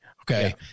Okay